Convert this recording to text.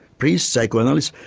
priests, psychoanalysists,